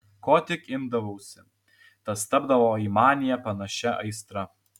ko tik imdavausi tas tapdavo į maniją panašia aistra